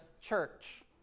church